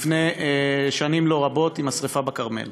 לפני שנים לא-רבות, בשרפה בכרמל.